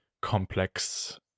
complex